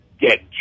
get